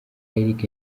eric